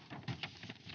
Kiitos